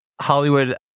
Hollywood